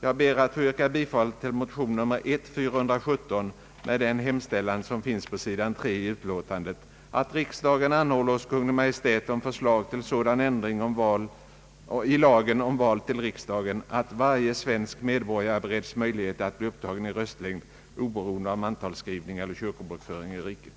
Jag ber att få yrka bifall till motion I: 417 med den hemställan som finns på s. 3 i utlåtandet, att riksdagen anhåller hos Kungl, Maj:t om förslag till sådan ändring i lagen om val till riksdagen, att varje svensk medborgare bereds möjlighet att bli upptagen i röstlängd, oberoende av mantalsskrivning eller kyrkobokföring i riket.